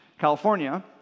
California